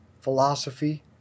philosophy